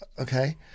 okay